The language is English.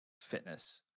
fitness